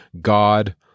God